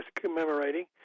commemorating